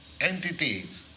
entities